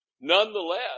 nonetheless